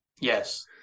yes